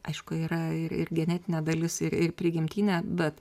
aišku yra ir ir genetinė dalis ir ir prigimtinė bet